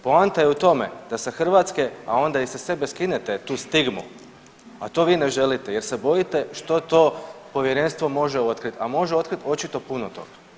Poanta je u tome da sa Hrvatske, a onda i sa sebe skinete tu stigmu, a to vi ne želite jer se bojite što to povjerenstvo može otkrit, a može otkrit očito puno toga.